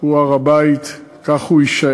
הוא הר-הבית, כך הוא יישאר.